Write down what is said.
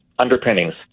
Underpinnings